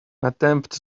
attempt